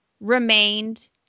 remained